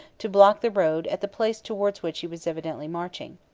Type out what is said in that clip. to block the road at the place towards which he was evidently marching.